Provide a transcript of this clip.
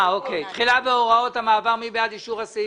אוקי, תחילה והוראות המעבר, מי בעד אישור הסעיף?